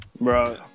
Bro